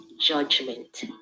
judgment